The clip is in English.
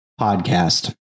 podcast